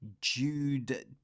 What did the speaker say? Jude